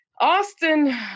Austin